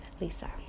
Lisa